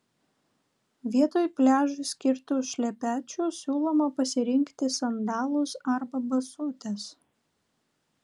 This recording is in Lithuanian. vietoj pliažui skirtų šlepečių siūloma pasirinkti sandalus arba basutes